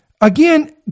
again